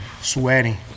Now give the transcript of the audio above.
sweating